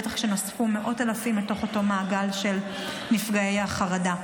בטח שנוספו מאות אלפים אל תוך אותו מעגל של נפגעי החרדה.